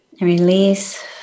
release